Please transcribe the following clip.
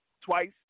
twice